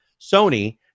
Sony